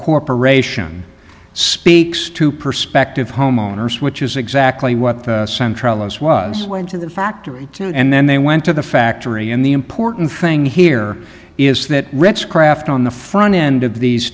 corporation speaks to perspective homeowners which is exactly what the centralize was went to the factory and then they went to the factory and the important thing here is that rich craft on the front end of these